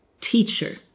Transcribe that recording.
teacher